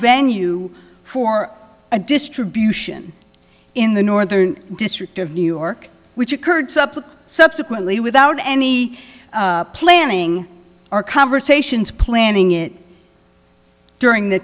venue for a distribution in the northern district of new york which occurred subsequently without any planning our conversations planning it during the